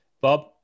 Bob